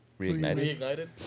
Reignited